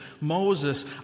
Moses